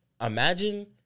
imagine